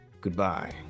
Goodbye